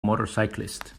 motorcyclist